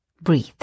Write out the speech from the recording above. Breathe